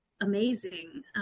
amazing